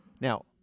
Now